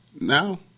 now